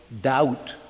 doubt